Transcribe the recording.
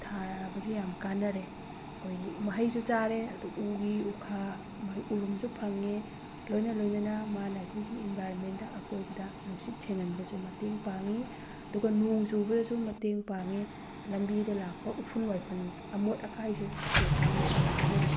ꯊꯥꯕꯁꯦ ꯌꯥꯝ ꯀꯥꯟꯅꯔꯦ ꯑꯩꯈꯣꯏꯒꯤ ꯃꯍꯩꯁꯨ ꯆꯥꯔꯦ ꯑꯗꯨ ꯎꯒꯤ ꯎꯈꯥ ꯃꯥꯒꯤ ꯎꯔꯨꯝꯁꯨ ꯐꯪꯉꯦ ꯂꯣꯏꯅ ꯂꯣꯏꯅꯅ ꯃꯥꯅ ꯑꯩꯈꯣꯏꯒꯤ ꯏꯟꯚꯥꯏꯔꯣꯟꯃꯦꯟꯗ ꯑꯀꯣꯏꯕꯗ ꯅꯨꯡꯁꯤꯠ ꯁꯦꯡꯍꯟꯕꯗꯁꯨ ꯃꯇꯦꯡ ꯄꯥꯡꯉꯤ ꯑꯗꯨꯒ ꯅꯣꯡ ꯆꯨꯕꯗꯁꯨ ꯃꯇꯦꯡ ꯄꯥꯡꯉꯤ ꯂꯝꯕꯤꯗ ꯂꯥꯛꯄ ꯎꯐꯨꯜ ꯋꯥꯏꯐꯨꯜ ꯑꯃꯣꯠ ꯑꯀꯥꯏꯁꯨ ꯎ ꯄꯥꯝꯕꯤꯁꯤꯅ ꯐꯥꯖꯜꯂꯤ